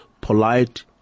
polite